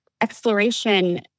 exploration